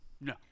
No